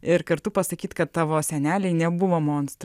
ir kartu pasakyt kad tavo seneliai nebuvo monstrai